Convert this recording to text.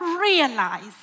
realize